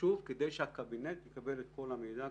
כדי שהקבינט יקבל את כל המידע,